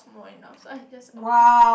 two more enough so I just over